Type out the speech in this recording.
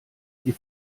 die